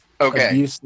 okay